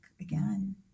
again